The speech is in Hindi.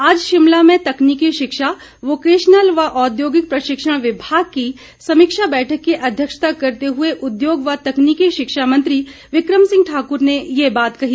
आज शिमला में तकनीकी शिक्षा वोकेशनल व औद्योगिक प्रशिक्षण विभाग की समीक्षा बैठक की अध्यक्षता करते हुए उद्योग व तकनीकी शिक्षा मंत्री बिक्रम सिंह ठाकुर ने ये बात कही